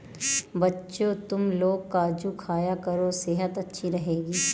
बच्चों, तुमलोग काजू खाया करो सेहत अच्छी रहेगी